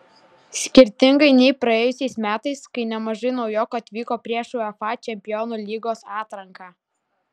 skirtingai nei praėjusiais metais kai nemažai naujokų atvyko prieš uefa čempionų lygos atranką